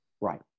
Right